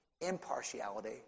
impartiality